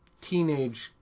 teenage